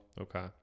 Okay